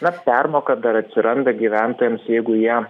nors permoka dar atsiranda gyventojams jeigu jie